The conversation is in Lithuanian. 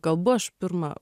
kalbu aš pirma